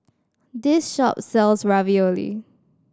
this shop sells Ravioli